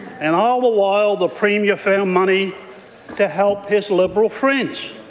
and all the while the premier found money to help his liberal friends.